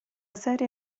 serie